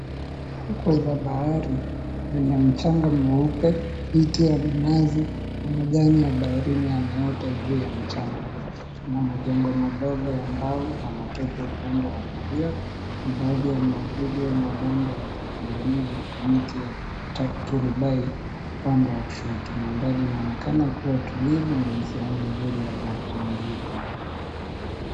Fukwe za bahari zenye mchanga mweupe, miti ya minazi ama majani ya baharini yaliota juu ya mchanga. Kuna majengo madogo ya mbao na matope upande wa kulia na baadhi ya miavuli au mabanda yaliyotengenezwa kwa miti ya turubai upande wa kushoto. Mandhari inaonekana kuwa tulivu na ni sehemu nzuri ya mapumziko.